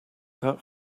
that